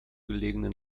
gelegenen